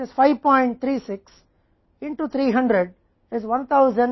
तो यह घटक 1608 है कुल 3216 है तो जाहिर है कि यह इसके बराबर है